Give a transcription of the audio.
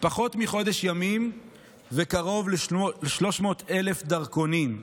פחות מחודש ימים וקרוב ל-300,000 דרכונים.